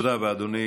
תודה רבה, אדוני.